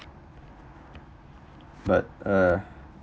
but uh